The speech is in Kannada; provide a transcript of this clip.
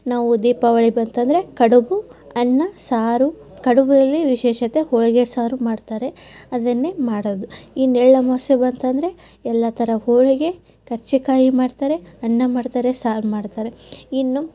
ನಾವು ದೀಪಾವಳಿ ಬಂತೆಂದರೆ ಕಡಬು ಅನ್ನ ಸಾರು ಕಡಬು ಅಲ್ಲಿ ವಿಶೇಷತೆ ಹೋಳಿಗೆ ಸಾರು ಮಾಡ್ತಾರೆ ಅದನ್ನೇ ಮಾಡೋದು ಇನ್ನು ಎಳ್ಳು ಅಮವಾಸ್ಯೆ ಬಂತೆಂದರೆ ಎಲ್ಲ ಥರ ಹೋಳಿಗೆ ಕರ್ಜಿಕಾಯಿ ಮಾಡ್ತಾರೆ ಅನ್ನ ಮಾಡ್ತಾರೆ ಸಾರು ಮಾಡ್ತಾರೆ ಇನ್ನೂ